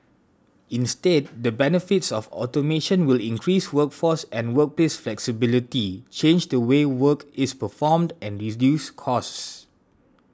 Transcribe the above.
instead the benefits of automation will increase workforce and workplace flexibility change the way work is performed and reduce costs